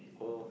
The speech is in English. oh